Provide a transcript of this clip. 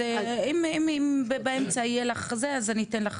אז אם באמצע יהיה לך אז אני אתן לך